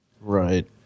Right